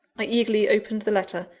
i eagerly opened the letter,